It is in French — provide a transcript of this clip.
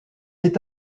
est